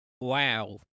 Wow